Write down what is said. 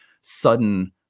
sudden